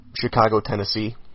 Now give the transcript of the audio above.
Chicago-Tennessee